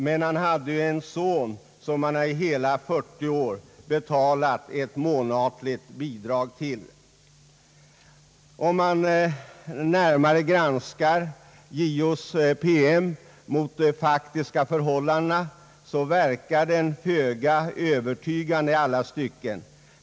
Men han hade ju en son som han i hela 40 år betalade ett månatligt bidrag till. Om man närmare granskar JO:s promemoria mot bakgrunden av de faktiska förhållandena, finner man att den verkar föga övertygande i alla stycken.